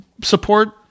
support